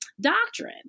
doctrine